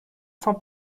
cents